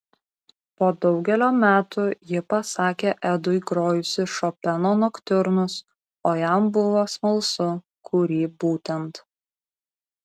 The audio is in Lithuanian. po daugelio metų ji pasakė edui grojusi šopeno noktiurnus o jam buvo smalsu kurį būtent